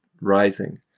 rising